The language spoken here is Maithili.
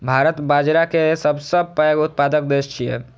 भारत बाजारा के सबसं पैघ उत्पादक देश छियै